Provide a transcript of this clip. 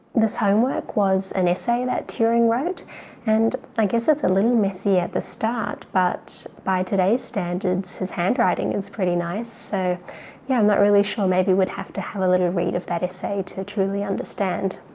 this homework was an essay that turing wrote and i guess it's a little messy at the start but by today's standards his handwriting is pretty nice so yeah i'm not really sure maybe we'd have to have a little read of that essay to truly understand.